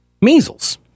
measles